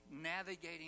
navigating